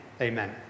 amen